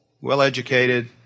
well-educated